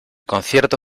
concierto